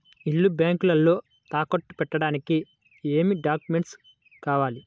ఇల్లు బ్యాంకులో తాకట్టు పెట్టడానికి ఏమి డాక్యూమెంట్స్ కావాలి?